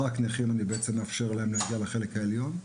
שבעצם רק להם אני מאפשר להגיע לחלק העליון,